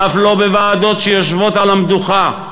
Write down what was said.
אף לא בוועדות שיושבות על המדוכה,